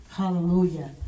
Hallelujah